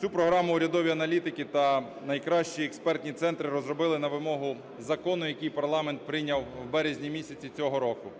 Цю програму урядові аналітики та найкращі експертні центри розробили на вимогу закону, який парламент прийняв у березні місяці цього року.